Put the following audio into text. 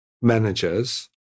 managers